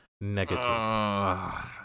Negative